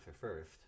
first